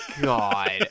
God